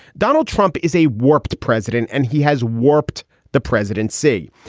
donald trump is a warped president and he has warped the presidency.